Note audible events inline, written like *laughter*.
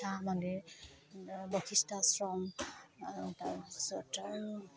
*unintelligible* মন্দিৰ বশিষ্ট আশ্ৰম তাৰপিছত আৰু